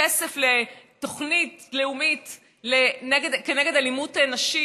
כסף לתוכנית לאומית נגד אלימות כלפי נשים,